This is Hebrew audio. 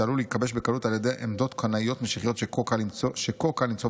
שעלול להיכבש בקלות על ידי עמדות קנאיות-משיחיות שכה קל למצוא בארץ.